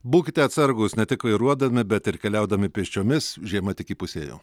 būkite atsargūs ne tik vairuodami bet ir keliaudami pėsčiomis žiema tik įpusėjo